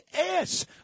ass